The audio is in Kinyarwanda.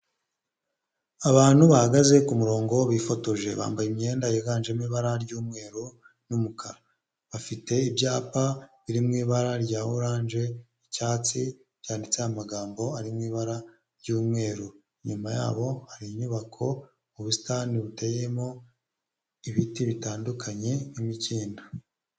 Abantu bahagaze ku murongo bifotoje, bambaye imyenda yiganjemo ibara ry'umweru n'umukara, bafite ibyapa biri mu ibara rya oranje, icyatsi byanditseho amagambo arimo ibara ry'umweru, inyuma yabo hari inyubako ubusitani buteyemo ibiti bitandukanye, nk'imikindo.